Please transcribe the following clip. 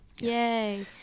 yay